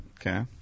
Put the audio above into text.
Okay